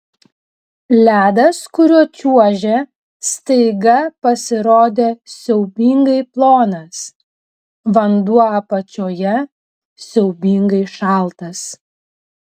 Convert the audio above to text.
ledas kuriuo čiuožė staiga pasirodė siaubingai plonas vanduo apačioje siaubingai šaltas